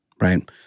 Right